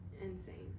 Insane